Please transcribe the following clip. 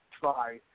try